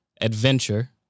Adventure